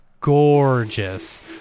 gorgeous